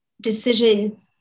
decision